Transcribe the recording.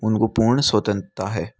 उनको पूर्ण स्वतंत्रता है